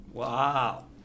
Wow